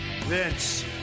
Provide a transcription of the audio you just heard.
Vince